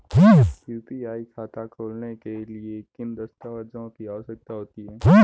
UPI खाता खोलने के लिए किन दस्तावेज़ों की आवश्यकता होती है?